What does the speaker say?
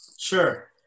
Sure